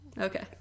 Okay